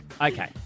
Okay